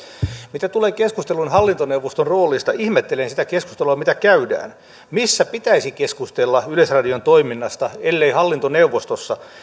mitä tulee keskusteluun hallintoneuvoston roolista niin ihmettelen sitä keskustelua mitä käydään missä pitäisi keskustella yleisradion toiminnasta ellei hallintoneuvostossa